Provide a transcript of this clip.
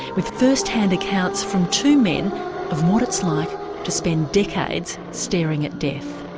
with first-hand accounts from two men of what it's like to spend decades staring at death.